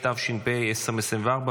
התשפ"ה 2024,